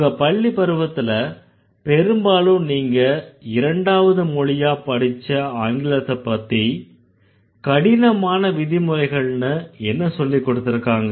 உங்க பள்ளிப்பருவத்துல பெரும்பாலும் நீங்க இரண்டாவது மொழியா படிச்ச ஆங்கிலத்தப் பத்தி கடினமான விதிமுறைகள்ன்னு என்ன சொல்லிக்கொடுத்திருக்காங்க